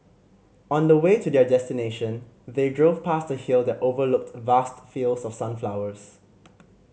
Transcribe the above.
on the way to their destination they drove past a hill that overlooked vast fields of sunflowers